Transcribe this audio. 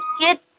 kid